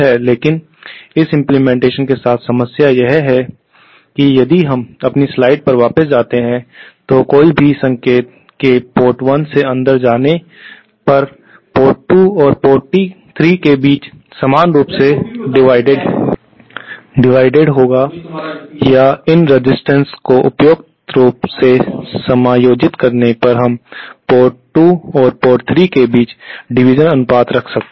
लेकिन इस इम्प्लीमेंटेशन के साथ समस्या यह है कि यदि हम अपनी स्लाइड पर वापस जाते हैं तो कोई भी संकेत के पोर्ट 1 से अंदर जाने पर पोर्ट 2 और 3 के बीच समान रूप से डिवाइडेड होगा या इन रेजिस्टेंस को उपयुक्त रूप से समायोजित करके हम पोर्ट 2 और 3 के बीच डिवीज़न अनुपात रख सकते हैं